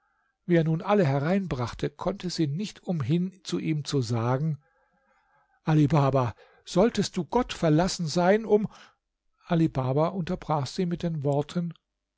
wie er nun alle hereinbrachte konnte sie nicht umhin zu ihm zu sagen ali baba solltest du gottverlassen sein um ali baba unterbrach sie mit den worten